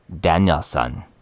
Danielson